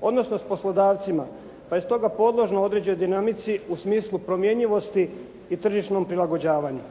odnosno s poslodavcima pa je stoga podložno određenoj dinamici u smislu promjenjivosti i tržišnom prilagođavanju.